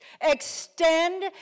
extend